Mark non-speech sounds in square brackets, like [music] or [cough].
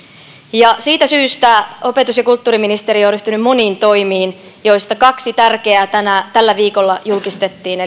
siitä syystä opetus ja kulttuuriministeriö on ryhtynyt moniin toimiin joista kaksi tärkeää tällä viikolla julkistettiin [unintelligible]